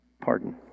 pardon